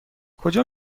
کجا